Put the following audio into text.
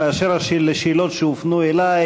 באשר לשאלות שהופנו אלי,